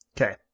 Okay